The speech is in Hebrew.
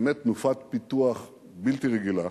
באמת תנופת פיתוח בלתי רגילה.